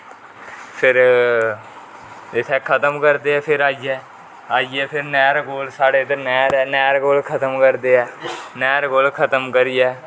फिर इत्थे खत्म करदे ऐ इत्थे फिर आइयै आइयै फिर नहर कोल साडे इधर नेहर ऐ नहर कौल खत्म करदे नहर कोल खत्म करियै